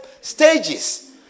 stages